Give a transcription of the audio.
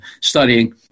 studying